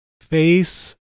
face